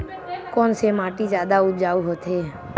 कोन से माटी जादा उपजाऊ होथे?